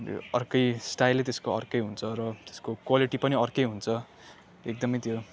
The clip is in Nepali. अर्कै स्टाइलै त्यसको अर्कै हुन्छ र त्यसको क्वालिटी पनि अर्कै हुन्छ एकदमै त्यो